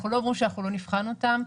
אנחנו לא אומרים שאנחנו לא נבחן אותם,